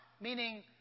Meaning